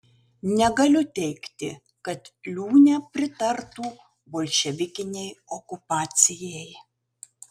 negaliu teigti kad liūnė pritartų bolševikinei okupacijai